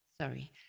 Sorry